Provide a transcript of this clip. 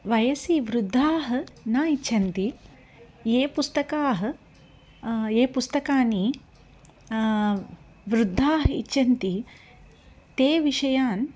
वयसि वृद्धाः न इच्छन्ति ये पुस्तकानि ये पुस्तकानि वृद्धाः इच्छन्ति ते विषयान्